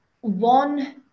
one